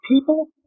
people